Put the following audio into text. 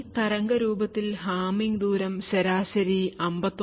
ഈ തരംഗരൂപത്തിൽ ഹാമിംഗ് ദൂരം ശരാശരി 59